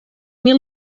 mil